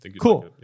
Cool